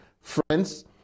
friends